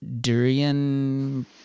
durian